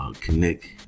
connect